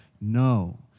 No